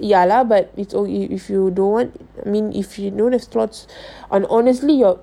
ya lah but it's only if you don't mean if you the thoughts on honestly your